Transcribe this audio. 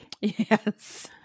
Yes